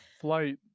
flight